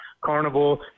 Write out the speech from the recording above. Carnival